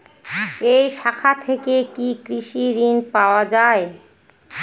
এই শাখা থেকে কি কৃষি ঋণ পাওয়া যায়?